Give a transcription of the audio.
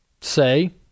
say